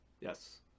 Yes